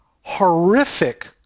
horrific